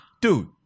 dude